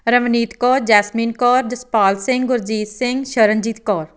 Ravneet Kaur Jasmine Kaur Jaspal Singh Gurjeet Singh Sharanjeet Kaur